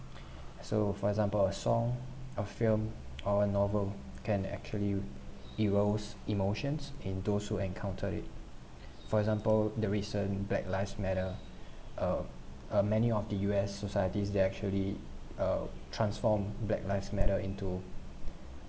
so for example a song a film or a novel can actually arose emotions in those who encounter it for example the recent black lives matter uh uh many of the U_S societies they actually uh transform black lives matter into